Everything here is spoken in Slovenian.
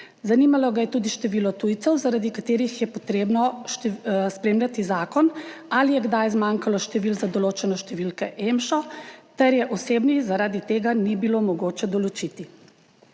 Zanimalo ga je tudi število tujcev, zaradi katerih je treba spreminjati zakon. Ali je kdaj zmanjkalo številk za določene številke EMŠO ter ali je osebi zaradi tega ni bilo mogoče določiti?